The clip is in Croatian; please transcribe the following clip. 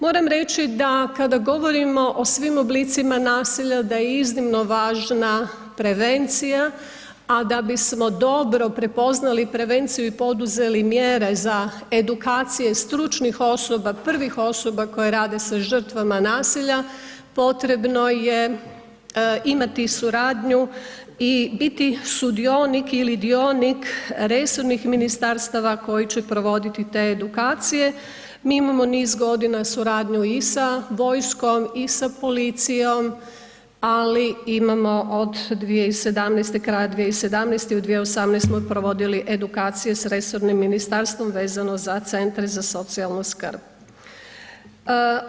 Moram reći da kada govorimo o svim oblicima nasilja, da je iznimno važna prevencija a da bismo dobro prepoznali prevenciju i oduzeli mjere za edukacije i stručnih osoba, prvih osoba koje rade sa žrtvama nasilja, potrebno je imati suradnju i biti sudionik ili dionik resornih ministarstava koje će provoditi te edukacije, mi imamo niz godina suradnju i sa vojskom i sa policijom ali imamo od 2017., kraja 2017., u 2018. smo provodili edukacije s resornim ministarstvom vezano za CZSS-e.